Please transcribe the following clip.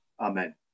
amen